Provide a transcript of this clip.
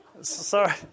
Sorry